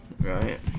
right